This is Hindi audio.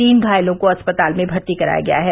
तीन घायलों को अस्पताल में भर्ती कराया गया है